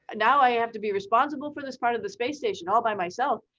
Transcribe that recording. now i have to be responsible for this part of the space station all by myself.